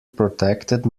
protected